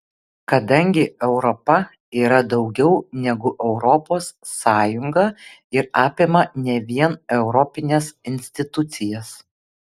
kadangi europa yra daugiau negu europos sąjunga ir apima ne vien europines institucijas